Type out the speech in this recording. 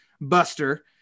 Buster